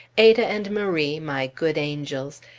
ada and marie, my good angels,